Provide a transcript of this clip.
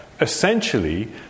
essentially